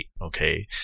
Okay